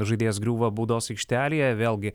žaidėjas griūva baudos aikštelėje vėlgi